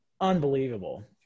Unbelievable